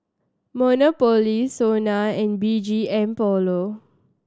Monopoly SONA and B G M Polo